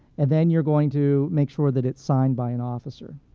and then, you're going to make sure that it's signed by an officer.